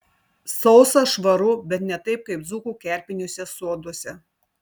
sausa švaru bet ne taip kaip dzūkų kerpiniuose soduose